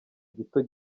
gito